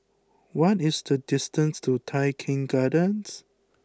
what is the distance to Tai Keng Gardens